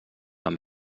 amb